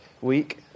week